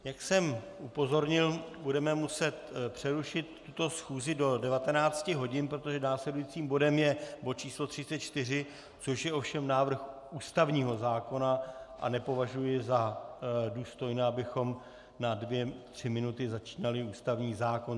Jak jsem upozornil, budeme muset přerušit tuto schůzi do 19 hodin, protože následujícím bodem je bod číslo 34, což je ovšem návrh ústavního zákona, a nepovažuji za důstojné, abychom na dvě tři minuty začínali ústavní zákon.